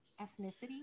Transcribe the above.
ethnicity